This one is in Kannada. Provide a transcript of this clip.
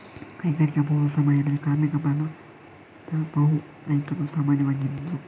ಕೈಗಾರಿಕಾ ಪೂರ್ವ ಸಮಯದಲ್ಲಿ ಕಾರ್ಮಿಕ ಬಲದ ಬಹು ಪಾಲು ರೈತರು ಸಾಮಾನ್ಯವಾಗಿದ್ರು